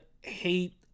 Hate